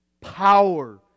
Power